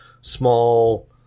small